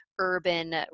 urban